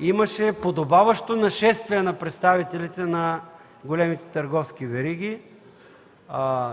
имаше подобаващо нашествие на представителите на големите търговски вериги,